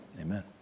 Amen